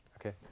Okay